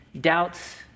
Doubts